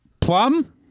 Plum